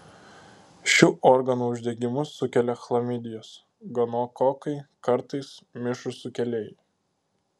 šių organų uždegimus sukelia chlamidijos gonokokai kartais mišrūs sukėlėjai